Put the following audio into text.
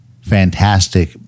fantastic